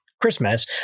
Christmas